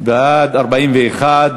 לימודי נהיגה),